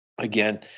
Again